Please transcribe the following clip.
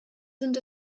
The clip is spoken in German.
sind